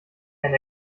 eine